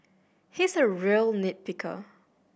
he is a real nit picker